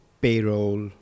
payroll